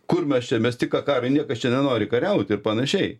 kur mes čia mes tik ką karą niekas čia nenori kariauti ir panašiai